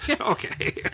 Okay